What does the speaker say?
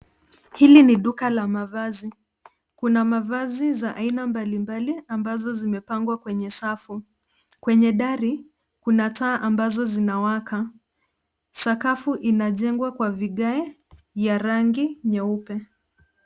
Hili ni duka la mavazi. Kuna mavazi za aina mbalimbali ambazo zimepangwa kwenye safu. Kwenye dari kuna taa ambazo zinawaka. Sakafu inajengwa kwa vigae ya rangi nyeupe.